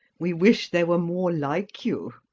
we wish there were more like you.